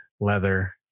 leather